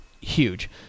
huge